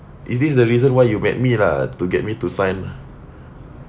is this the reason why you met me lah to get me to sign